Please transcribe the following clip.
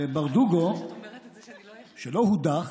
לברדוגו, שלא הודח,